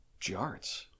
Jarts